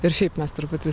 ir šiaip mes truputį